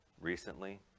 recently